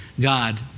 God